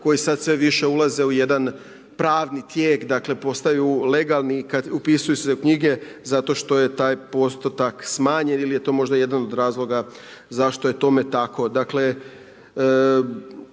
koji sad sve više ulaze u jedan pravni tijek, dakle postaju legalni kad upisuju se u knjige zato što je taj postotak smanjen ili je to možda jedan od razloga zašto je tome tako.